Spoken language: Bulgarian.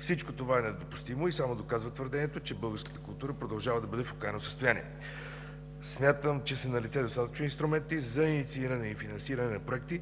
Всичко това е недопустимо и само доказва твърдението, че българската култура продължава да бъда в окаяно състояние. Смятам, че са налице достатъчно инструменти за иницииране и финансиране на проекти,